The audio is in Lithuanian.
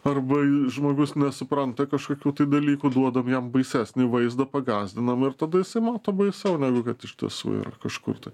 arba jei žmogus nesupranta kažkokių tai dalykų duodam jam baisesnį vaizdą pagąsdinam ir tada jisai mato baisiau negu kad iš tiesų yra kažkur tai